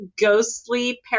ghostly